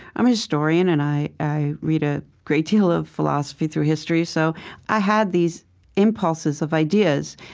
i'm a historian and i i read a great deal of philosophy through history, so i had these impulses of ideas,